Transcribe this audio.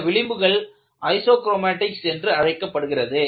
இந்த விளிம்புகள் ஐசோகுரோமேட்டிக்ஸ் என்று அழைக்கப்படுகின்றன